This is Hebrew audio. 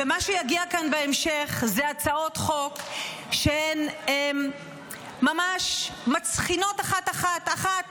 ומה שיגיע כאן בהמשך אלו הצעות חוק שהן ממש מצחינות אחת-אחת: אחת